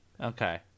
Okay